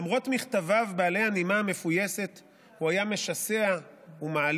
למרות מכתביו בעלי הנימה המפויסת הוא היה משסע ומעליב,